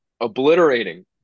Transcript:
obliterating